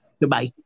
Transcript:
Goodbye